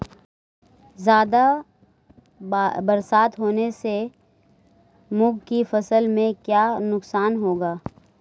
ज़्यादा बरसात होने से मूंग की फसल में क्या नुकसान होगा?